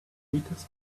peters